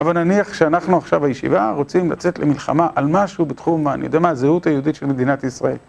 אבל נניח שאנחנו עכשיו בישיבה רוצים לצאת למלחמה על משהו בתחום, אני יודע מה, זהות היהודית של מדינת ישראל.